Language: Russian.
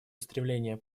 устремления